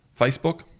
Facebook